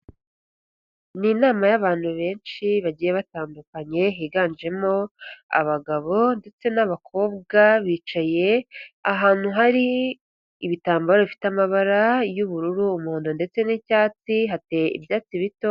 Ni inama y'abantu benshi bagiye batandukanye higanjemo abagabo ndetse n'abakobwa, bicaye ahantu hari ibitambaro bifite amabara y'ubururu, umuhondo ndetse n'icyatsi hateye ibyatsi bito.